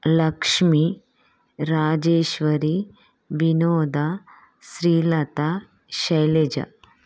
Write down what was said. Lakshmi Rajeshwari Vinoda Srilatha Shailaja